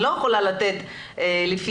אני לא יכולה לתת לפי בחירתי.